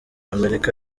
amerika